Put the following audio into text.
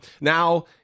Now